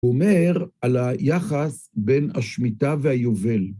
אומר על היחס בין השמיטה והיובל.